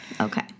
Okay